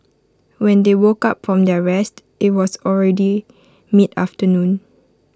when they woke up from their rest IT was already mid afternoon